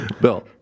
Bill